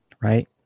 right